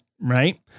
right